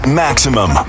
Maximum